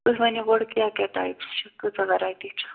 تُہۍ ؤنِو گۄڈٕ کیٛاہ کیٛاہ ٹایِپ چھِ کۭژاہ ویرایٹی چھِ